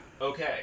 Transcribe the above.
Okay